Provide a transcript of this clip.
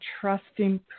trusting